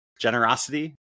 generosity